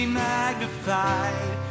magnified